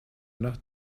nach